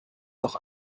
noch